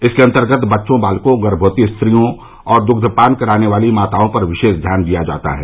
इसके अतर्गत बच्चों बालकों गर्मवती स्त्रियों और दुग्धपान कराने वाली मातओं पर विशेष ध्यान दिया जाता है